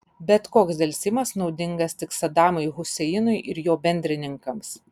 bet koks delsimas naudingas tik sadamui huseinui ir jo bendrininkams